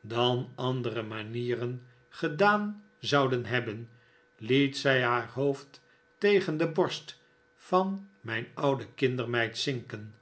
dan andere manieren gedaan zouden hebben liet zij haar hoofd tegen de borst van mijn oude kindermeid zinken